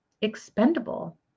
expendable